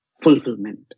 fulfillment